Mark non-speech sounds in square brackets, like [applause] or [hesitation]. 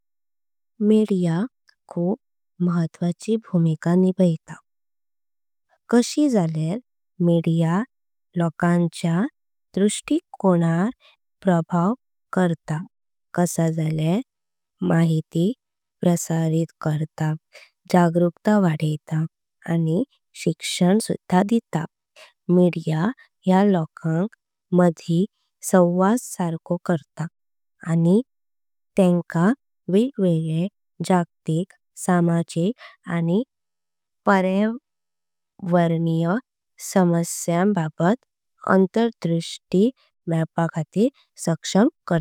मीडिया खूप महत्त्वाची भूमिका निभयता कशी झाल्या। मीडिया लोकांच्या दृष्टिकोनार प्रभाव करता कसा। झाल्या माहिती प्रसारित करता जागरुकता वाढयता। आणि शिक्षण सुध्दा देता मीडिया या लोकां मधी संवाद। सारखो करता आणि त्यंका वेग वेगळा जागतिक। सामाजिक आणि [hesitation] पर्यावरणीय। समस्यां बाबत अंतर्दृष्टि मळपा खातीर सक्षम करता।